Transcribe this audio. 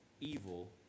evil